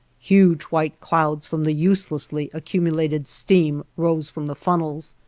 huge white clouds from the uselessly accumulated steam rose from the funnels,